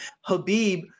Habib